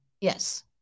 Yes